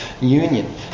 union